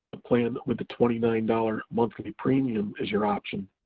a plan with a twenty nine dollars monthly premium is your option.